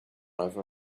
over